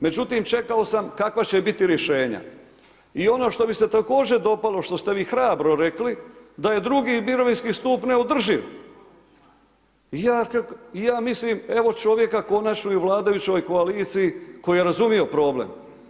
Međutim čekao sam kakva će biti rješenja i ono što mi se također dopalo što ste vi hrabro rekli da je drugi mirovinski stup neodrživ, i ja mislim evo čovjeka konačno i u vladajućoj koaliciji koji je razumio problem.